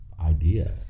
idea